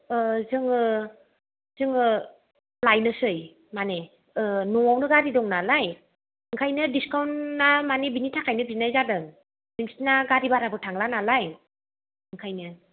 जोङो जोङो लायनोसै मानि न'आवनो गारि दं नालाय ओंखायनो डिसकाउन्टआ मानि बिनि थाखायनो बिनाय जादों नोंसिना गारि भाराबो थांला नालाय ओंखायनो